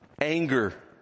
anger